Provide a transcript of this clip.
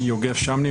יוגב שמני,